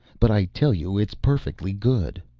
but i tell you it is perfectly good.